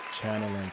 channeling